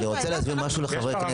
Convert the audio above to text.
אני רוצה להסביר משהו לחברי הכנסת.